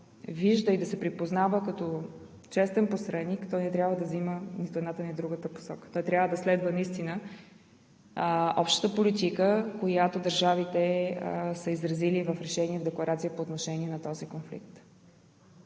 вижда и да се припознава като честен посредник, той не трябва да взима нито едната, нито другата посока, а трябва да следва общата политика, която държавите са изразили в декларацията по отношение на този конфликт.